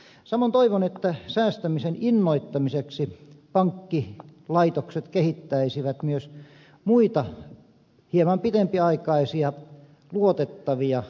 samoin toivon että säästämisen innoittamiseksi pankkilaitokset kehittäisivät myös muita hieman pitempiaikaisia luotettavia säästämisen muotoja